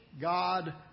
God